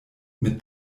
mit